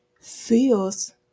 feels